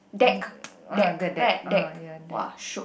deck deck right deck !wah! shiok